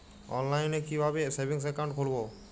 অনলাইনে কিভাবে savings account খুলবো?